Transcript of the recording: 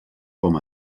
com